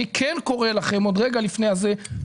אני קורא לכם רגע לפני האישור,